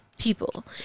people